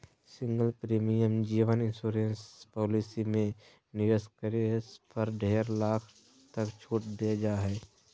single premium जीवन insurance policy में निवेश करे पर डेढ़ लाख तक के छूट देल जा हइ